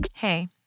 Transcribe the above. Hey